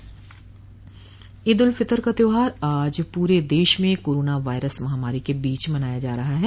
ईद उल फितर का त्योहार आज पूरे देश में कोरोना वायरस महामारी के बीच मनाया जा रहा है